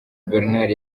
bernard